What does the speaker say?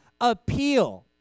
appeal